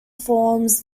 forms